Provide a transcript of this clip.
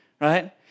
right